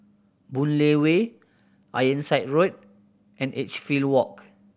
Boon Lay Way Ironside Road and Edgefield Walk